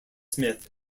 smith